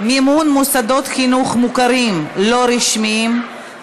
מימון מוסדות חינוך מוכרים לא רשמיים),